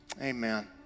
Amen